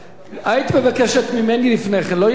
היית מבקשת ממני לפני כן, לא ידעתי.